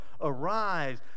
arise